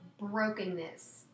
brokenness